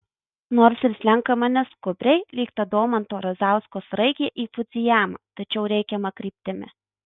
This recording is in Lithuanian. nors ir slenkama neskubriai lyg ta domanto razausko sraigė į fudzijamą tačiau reikiama kryptimi